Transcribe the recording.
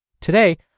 Today